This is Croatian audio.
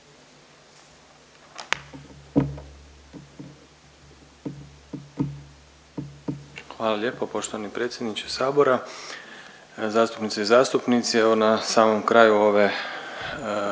Hvala lijepo poštovani predsjedniče sabora. Zastupnice i zastupnici evo na samom kraju ove